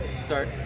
start